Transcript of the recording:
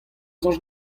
soñj